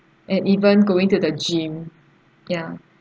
and even going to the gym ya